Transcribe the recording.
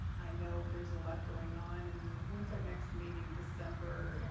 i know there's a lot going on and then when's our next meeting? december? yeah